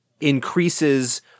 increases